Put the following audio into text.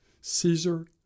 Caesar